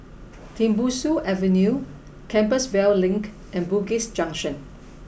Tembusu Avenue Compassvale Link and Bugis Junction